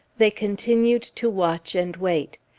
they continued to watch and wait,